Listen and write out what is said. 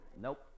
Nope